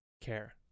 care